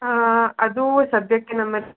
ಆಂ ಅದು ಸದ್ಯಕ್ಕೆ ನಮ್ಮಲ್ಲಿ